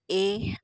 ਇਹ